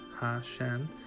Hashem